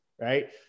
right